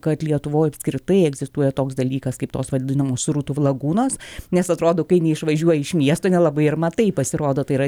kad lietuvoj apskritai egzistuoja toks dalykas kaip tos vadinamų srutų lagūnos nes atrodo kai neišvažiuoji iš miesto nelabai ir matai pasirodo tai yra